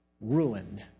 ruined